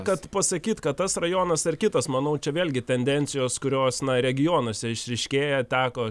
kad pasakyt kad tas rajonas ar kitas manau čia vėlgi tendencijos kurios regionuose išryškėja teko